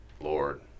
lord